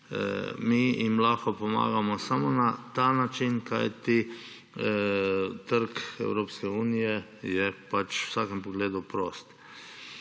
Mi jim lahko pomagamo samo na ta način, kajti trg Evropske unije je v vsakem pogledu prost.